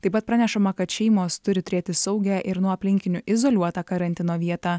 taip pat pranešama kad šeimos turi turėti saugią ir nuo aplinkinių izoliuotą karantino vietą